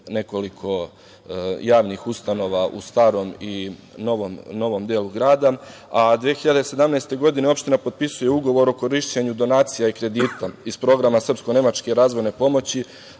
nekoliko javnih ustanova u starom i novom delu grada, a 2017. godine opština potpisuje ugovor o korišćenju donacija i kredita iz programa srpsko-nemačke razvojne pomoći,